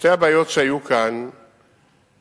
שתי הבעיות שהיו כאן הן: